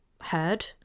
heard